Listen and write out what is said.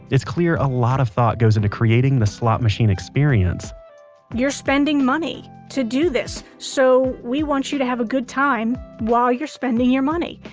its clear a lot of thought goes into creating the slot machine experience you're spending money to do this, so we want you to have a good time while you're spending your money.